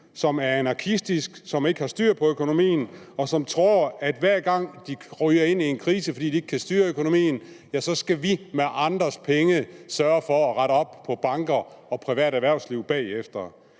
som er anarkistisk, som ikke har styr på økonomien, og som tror, at hver gang, de ryger ind i en krise, fordi de ikke kan styre økonomien, skal vi med andres penge sørge for at rette op på banker og privat erhvervsliv bagefter.